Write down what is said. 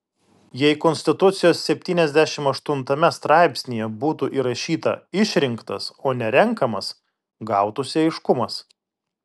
jei konstitucijos septyniasdešimt aštuntame straipsnyje būtų įrašyta išrinktas o ne renkamas gautųsi aiškumas